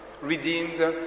redeemed